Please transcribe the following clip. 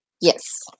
Yes